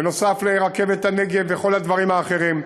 נוסף על רכבת הנגב וכל הדברים האחרים.